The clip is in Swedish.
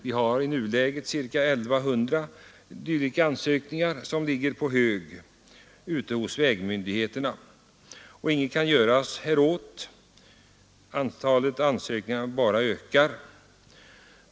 Ca 1 100 dylika ansökningar ligger i nuläget på hög hos vägmyndigheterna ute i länen, och inget kan göras häråt. Antalet ansökningar bara ökar.